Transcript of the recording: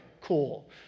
Cool